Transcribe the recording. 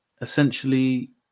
Essentially